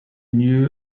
knew